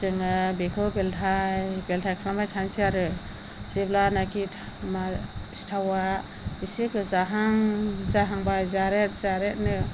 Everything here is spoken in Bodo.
जोङो बेखौ बेलथाय बेलथाय खालामबाय थानोसै आरो जेब्लानाखि सिथावआ एसे गोजाहां जाहांबाय जारेद जारेदनो